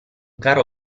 caro